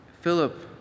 Philip